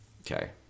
Okay